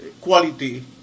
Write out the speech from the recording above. quality